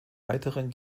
weiteren